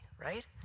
right